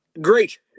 Great